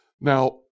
Now